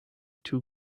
two